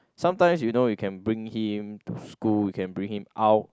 sometimes you know you can bring him to school you can bring him out